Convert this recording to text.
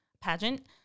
pageant